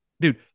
Dude